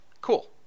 Cool